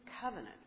covenant